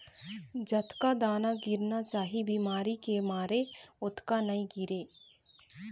जतका दाना गिरना चाही बिमारी के मारे ओतका नइ गिरय